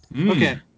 Okay